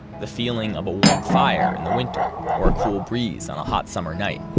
the feeling of a warm fire in the winter, or a cool breeze on a hot summer night,